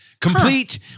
complete